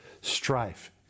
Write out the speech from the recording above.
strife